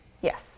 Yes